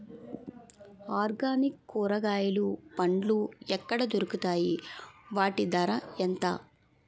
Organic కూరగాయలు పండ్లు ఎక్కడ దొరుకుతాయి? వాటి ధర ఎంత?